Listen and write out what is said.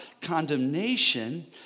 condemnation